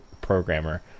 programmer